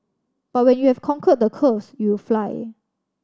but when you have conquered the curves you will fly